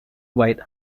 white